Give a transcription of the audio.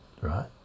Right